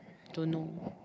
don't know